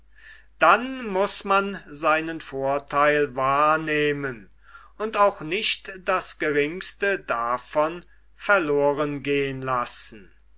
dann muß man seinen vortheil wahrnehmen und auch nicht das geringste davon verloren gehn lassen